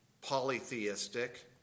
polytheistic